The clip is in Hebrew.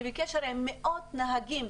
אני בקשר עם מאות נהגים,